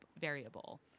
variable